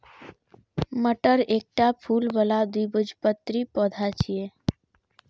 मटर एकटा फूल बला द्विबीजपत्री पौधा छियै